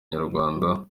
inyarwanda